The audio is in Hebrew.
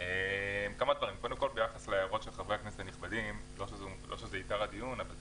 ביחס להערות של חברי הכנסת הנכבדים: לגבי